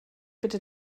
bitte